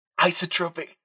Isotropic